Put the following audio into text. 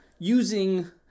Using